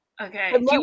Okay